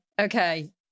Okay